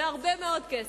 והרבה מאוד כסף.